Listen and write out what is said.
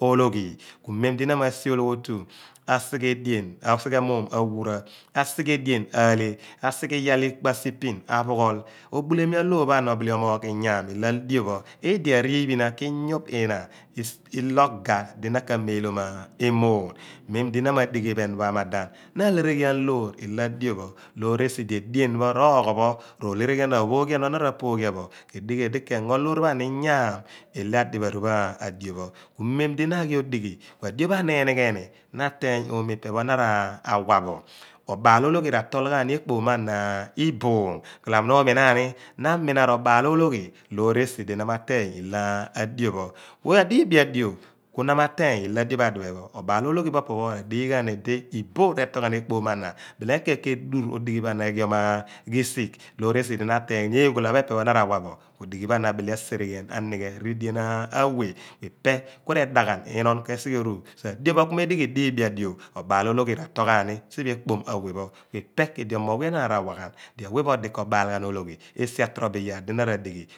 olooghi memdi na ma si ologhotu asighe edien asighe muum awuurah, asighe edien aleah aseghe iyaal ikpo a sipeel aphuughool obulemi aloor pho ana obile omoogh inyaam ilho adio pho pidi arriphina ki guuph inna i loogh gha di na ka meeloom emoon memdi na ma dighi iphen pho a madan na a hereghian loor ilo adio pho loor esi di edien pho roghor pho ro lereghian, rophoghian pho na rapooghian bo kedighi edi kengo loor pho ana innyaam ilo adipheri pho adio pho mem di na ghi odi ghi kua dio pho ana enighi na ateeny omoo i phe na ra wa bo obaal-ologhi ra tool ghan ni ekpoom mo ana iboom ghala mo na umi na ni na mina robaal-ologhi loor esi di na mateeny ilo a dio pho a diibi adio ku na ma teeny ilo adio pho obaal olooghi pho a popho r`adigha ni idi libo retool ghan ekpomo ana beleg keen edurr odighi pho ana ighiom risigh looresi di na ateeny ni eegho la pho ephe pho na ra wa bo. Odighiro ana abile asereghuan, anighe ridien aweh ipe ku rema ghan inon ke sighe eru dio pho ku me dighi diibi adio obaal ologhi ra itool ghan i siphe ekpomo a we pho ipe ki di omoogh enaan rawaghan di a we pho odi komoogh ghan obaal ologhi esi a trobo iyaar dina radighi